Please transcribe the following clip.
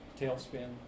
Tailspin